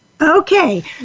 Okay